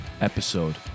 episode